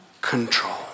control